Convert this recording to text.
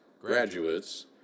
graduates